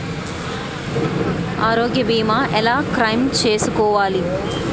ఆరోగ్య భీమా ఎలా క్లైమ్ చేసుకోవాలి?